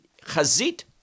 Chazit